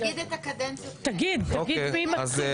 תגיד מי מתחיל.